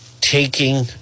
taking